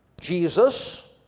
Jesus